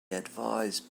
advised